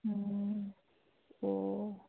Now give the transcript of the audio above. ꯎꯝ ꯑꯣ